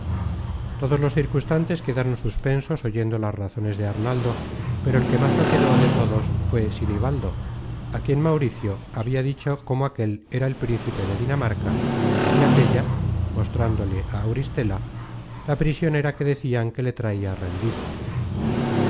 todos los circunstantes quedaron suspensos oyendo las razones de arnaldo pero el que más lo quedó de todos fué sinibaldo á quien mauricio habia dicho cómo aquel era el príncipe de dinamarca y aquella mostrándole á auristela la prisionera que decian que le traia rendido